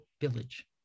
Village